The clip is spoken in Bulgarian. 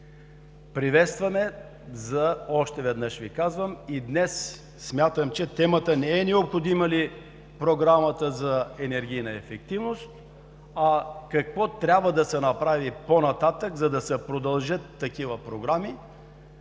утвърждават. Още веднъж Ви казвам, приветстваме и смятам, че днес темата не е необходима ли е Програмата за енергийна ефективност, а какво трябва да се направи по-нататък, за да се продължат такива програми,